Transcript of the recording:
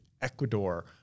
Ecuador